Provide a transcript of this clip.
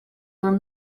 were